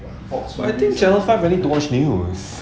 I think channel five I need to watch news